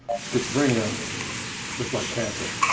schizophrenia. it's just like cancer.